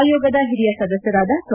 ಆಯೋಗದ ಹಿರಿಯ ಸದಸ್ಥರಾದ ಪ್ರೊ